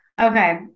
Okay